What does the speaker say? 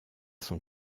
son